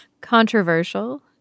controversial